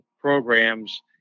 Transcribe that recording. programs